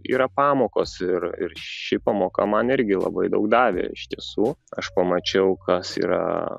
yra pamokos ir ir ši pamoka man irgi labai daug davė iš tiesų aš pamačiau kas yra